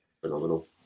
phenomenal